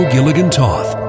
Gilligan-Toth